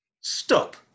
Stop